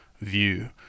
view